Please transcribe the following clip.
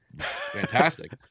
Fantastic